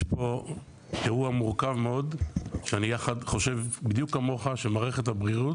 יש פה אירוע מורכב מאוד שאני חושב בדיוק כמוך שמערכת הבריאות